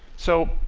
so,